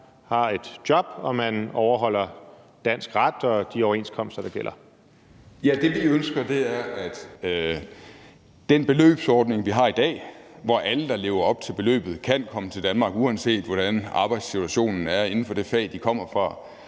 har et job og overholder dansk ret og de overenskomster, der gælder? Kl. 14:27 Ole Birk Olesen (LA): Ja, det, vi ønsker, er, at beløbet i den beløbsordning, vi har i dag, hvor alle, der lever op til beløbet, kan komme til Danmark, uanset hvordan arbejdssituationen er inden for det fag, de kommer fra,